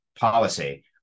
policy